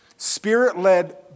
Spirit-led